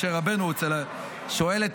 משה רבנו שואל את